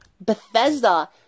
Bethesda